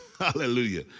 Hallelujah